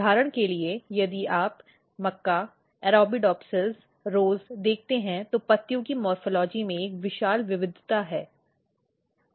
उदाहरण के लिए यदि आप मक्का अरेबिडोप्सिस गुलाब देखते हैं तो पत्तियों की मॉर्फ़ॉलजी में एक विशाल विविधता है